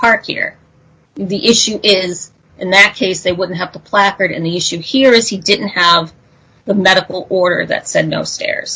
park here the issue is in that case they wouldn't have the placard and the issue here is he didn't have the medical order that said no stairs